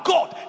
God